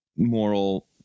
moral